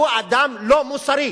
הוא אדם לא מוסרי.